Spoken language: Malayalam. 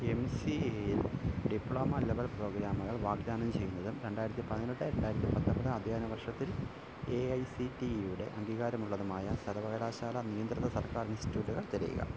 എം സീ ഏയിൽ ഡിപ്ലോമ ലെവൽ പ്രോഗ്രാമുകൾ വാഗ്ദാനം ചെയ്യുന്നതും രണ്ടായിരത്തി പതിനെട്ട് രണ്ടായിരത്തി പത്തൊൻപത് അദ്ധ്യായന വർഷത്തിൽ ഏ ഐ സീ റ്റീ ഈയുടെ അംഗീകാരമുള്ളതുമായ സർവ്വകലാശാല നിയന്ത്രിത സർക്കാർ ഇൻസ്റ്റിറ്റ്യൂട്ടുകൾ തിരയുക